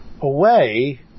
away